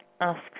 Ask